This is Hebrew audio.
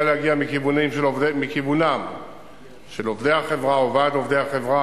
להגיע מכיוונם של עובדי החברה או ועד עובדי החברה,